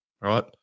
right